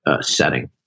setting